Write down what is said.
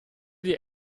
dir